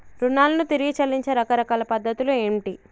రుణాలను తిరిగి చెల్లించే రకరకాల పద్ధతులు ఏంటి?